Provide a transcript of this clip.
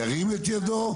ירים את ידו.